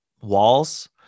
walls